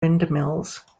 windmills